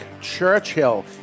Churchill